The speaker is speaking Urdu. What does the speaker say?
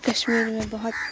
کشمیر میں بہت